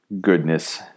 goodness